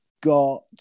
got